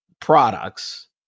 products